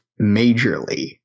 majorly